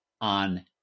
on